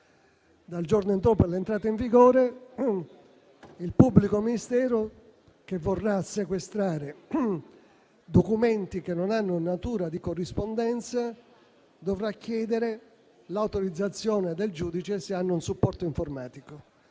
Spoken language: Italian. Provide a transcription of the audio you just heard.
Dal giorno dopo l'entrata in vigore, il pubblico ministero che vorrà sequestrare documenti che non hanno natura di corrispondenza dovrà chiedere l'autorizzazione del giudice, se questi hanno un supporto informatico.